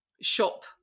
shop